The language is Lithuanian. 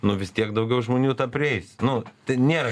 nu vis tiek daugiau žmonių tą prieis nu tai nėra